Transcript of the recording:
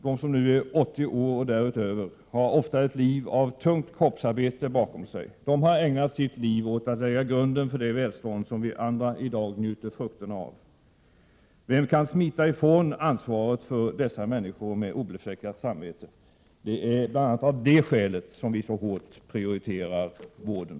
De som nu är över 80 år och däröver har ofta ett liv av tungt kroppsarbete bakom sig. De har ägnat sitt liv åt att lägga grunden för det välstånd som vi andra i dag njuter frukterna av. Vem kan smita ifrån ansvaret för dessa människor med obefläckat samvete. Det är bl.a. av det skälet som vi så hårt prioriterar vården.